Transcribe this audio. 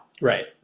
Right